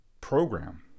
program